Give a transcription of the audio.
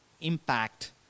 impact